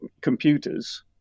computers